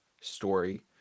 story